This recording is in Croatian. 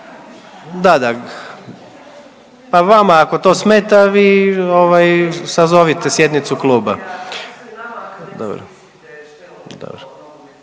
Da, da. Pa vama ako to smeta vi sazovite sjednicu kluba.